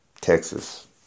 Texas